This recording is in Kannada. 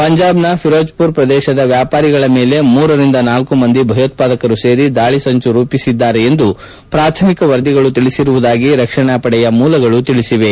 ಪಂಜಾಬ್ನ ಫಿರೋಜ್ಪುರ್ ಪ್ರದೇಶದ ವ್ಯಾಪಾರಿಗಳ ಮೇಲೆ ಮೂರರಿಂದ ನಾಲ್ಕು ಮಂದಿ ಭಯೋತ್ವಾದಕರು ಸೇರಿ ದಾಳಿ ಸಂಚು ರೂಪಿಸಿದ್ದಾರೆ ಎಂದು ಪ್ರಾಥಮಿಕ ವರದಿಗಳು ತಿಳಿಸಿರುವುದಾಗಿ ರಕ್ಷಣಾ ಪಡೆಯ ಮೂಲಗಳು ತಿಳಿಸಿವೆ